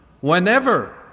whenever